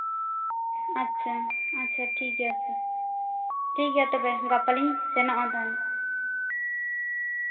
ᱟᱪᱪᱷᱟ ᱟᱪᱪᱷᱟ ᱴᱷᱤᱠᱜᱮᱭᱟ ᱴᱷᱤᱠᱜᱮᱭᱟ ᱛᱚᱵᱮ ᱜᱟᱯᱟ ᱞᱤᱧ ᱥᱮᱱᱚᱜᱼᱟ ᱛᱟᱦᱞᱮ